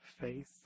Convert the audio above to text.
faith